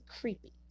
creepy